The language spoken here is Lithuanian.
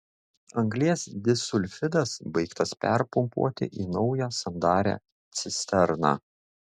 anglies disulfidas baigtas perpumpuoti į naują sandarią cisterną